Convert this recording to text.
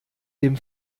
dem